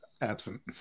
Absent